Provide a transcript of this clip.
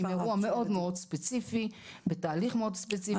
עם אירוע מאוד-מאוד ספציפי בתהליך מאוד ספציפי.